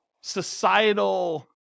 societal